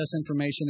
information